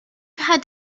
had